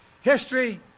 History